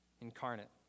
incarnate